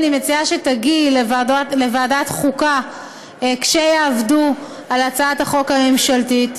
אני מציעה שתגיעי לוועדת החוקה כשיעבדו על הצעת החוק הממשלתית.